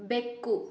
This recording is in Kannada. ಬೆಕ್ಕು